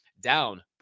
Down